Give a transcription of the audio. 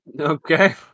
Okay